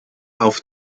auf